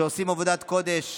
שעושים עבודת קודש,